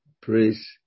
Praise